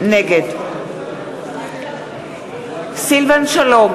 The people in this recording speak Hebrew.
נגד סילבן שלום,